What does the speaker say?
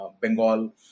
Bengal